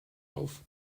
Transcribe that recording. auf